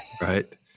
right